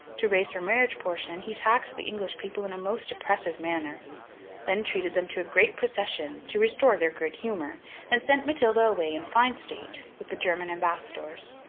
to raise her marriage portion, he taxed the english people in a most oppressive manner then treated them to a great procession, to restore their good humour and sent matilda away, in fine state, with the german ambassadors,